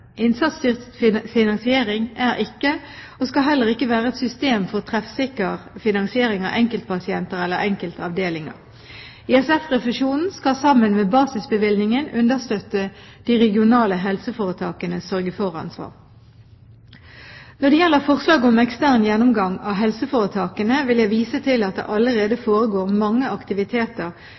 Innsatsstyrt finansiering er ikke og skal heller ikke være et system for treffsikker finansiering av enkeltpasienter eller enkeltavdelinger. ISF-refusjonen skal sammen med basisbevilgningen understøtte de regionale helseforetakenes sørge for-ansvar. Når det gjelder forslaget om ekstern gjennomgang av helseforetakene, vil jeg vise til at det allerede foregår mange aktiviteter